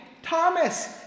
Thomas